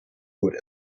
wood